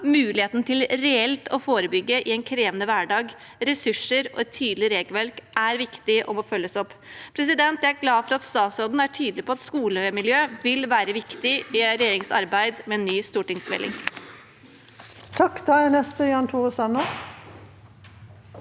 muligheten til reelt å forebygge i en krevende hverdag, ressurser og et tydelig regelverk er viktig og må følges opp. Jeg er glad for at statsråden er tydelig på at skolemiljø vil være viktig i regjeringens arbeid med en ny stortingsmelding. Jan Tore Sanner